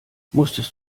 musstest